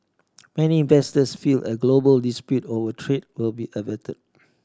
many investors feel a global dispute over trade will be avert